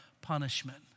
punishment